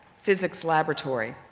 physics laboratory.